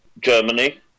Germany